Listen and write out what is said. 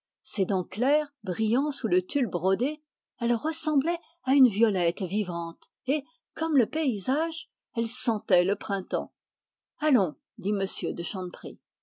ses dents claires brillant sous le tuile brodé elle ressemblait à une violette vivante et comme le paysage elle sentait le printemps allons dit